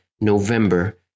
November